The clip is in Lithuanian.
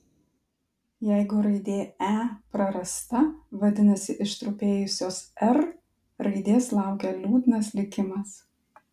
jeigu raidė e prarasta vadinasi ištrupėjusios r raidės laukia liūdnas likimas